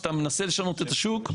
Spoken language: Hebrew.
כשאתה מנסה לשנות את השוק,